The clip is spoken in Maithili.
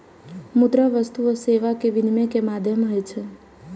मुद्रा वस्तु आ सेवा के विनिमय के माध्यम होइ छै